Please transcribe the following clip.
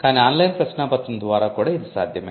కానీ ఆన్లైన్ ప్రశ్నాపత్రం ద్వారా కూడా ఇది సాధ్యమే